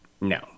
No